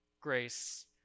grace